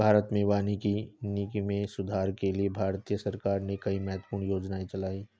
भारत में वानिकी में सुधार के लिए भारतीय सरकार ने कई महत्वपूर्ण योजनाएं चलाई